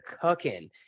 cooking